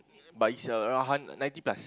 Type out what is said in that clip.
but is around hun~ ninety plus